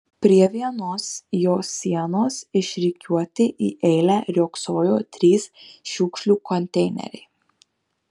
prie vienos jo sienos išrikiuoti į eilę riogsojo trys šiukšlių konteineriai